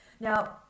Now